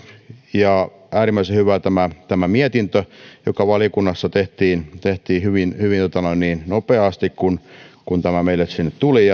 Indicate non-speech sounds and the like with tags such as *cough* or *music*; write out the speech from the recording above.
ja on äärimmäisen hyvä tämä tämä mietintö joka valiokunnassa tehtiin tehtiin hyvin hyvin nopeasti kun kun tämä meille sinne tuli *unintelligible*